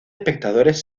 espectadores